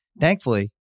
thankfully